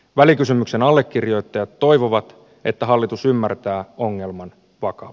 välikysymyksen allekirjoittajat toivovat että hallitus ymmärtää ongelman paqa